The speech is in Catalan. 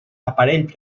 aparell